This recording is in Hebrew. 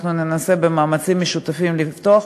אנחנו ננסה במאמצים משותפים לפתוח.